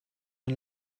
ein